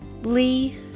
Lee